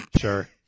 sure